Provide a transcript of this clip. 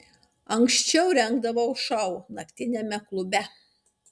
anksčiau rengdavau šou naktiniame klube